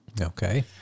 Okay